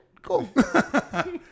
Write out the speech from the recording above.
cool